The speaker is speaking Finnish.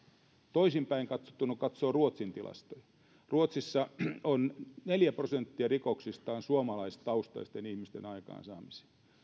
toisinpäin katsottuna kun katsoo ruotsin tilastoja niin ruotsissa neljä prosenttia rikoksista on suomalaistaustaisten ihmisten aikaansaamia